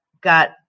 got